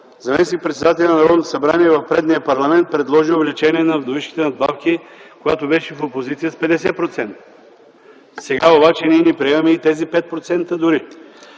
заместник-председателят на Народното събрание в предния парламент предложи увеличение на вдовишките надбавки, когато беше в опозиция с 50%. Сега обаче ние не приемаме и тези 5% дори.